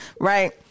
right